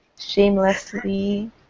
Shamelessly